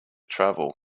travel